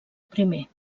primer